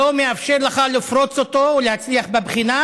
שלא מאפשר לך לפרוץ אותו ולהצליח בבחינה,